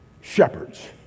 shepherds